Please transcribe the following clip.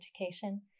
education